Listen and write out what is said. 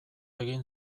egin